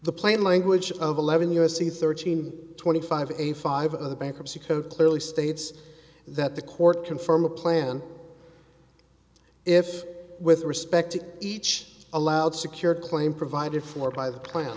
the plain language of eleven u s c thirteen twenty five eighty five of the bankruptcy code clearly states that the court can form a plan if with respect to each allowed secure claim provided for by the plan